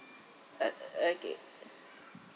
part okay